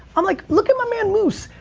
i'm like look at my man moose.